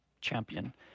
champion